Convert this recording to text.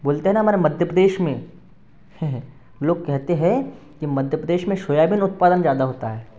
बोलते हैं ना हमारे मध्य प्रदेश में लोग कहते हैं कि मध्य प्रदेश में सोयाबीन उत्पादन ज्यादा होता है